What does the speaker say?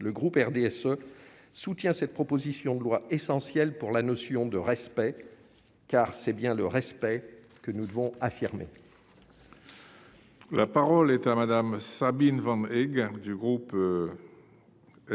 le groupe RDSE soutient cette proposition de loi essentielle pour la notion de respect car c'est bien le respect que nous devons affirmer. La parole est à Madame Sabine Van du groupe